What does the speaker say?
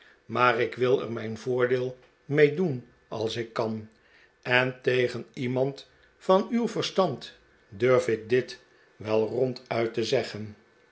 maar ik wil er mijn voordeel mee doen als ik kan en tegen iemand van uw verstand durf ik dit wel ronduit te zeggen